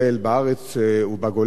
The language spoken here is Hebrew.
בארץ ובגולה,